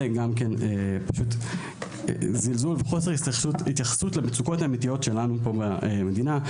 זה גם פשוט זלזול וחוסר התייחסות למצוקות האמיתיות שלנו פה במדינה.